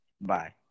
Bye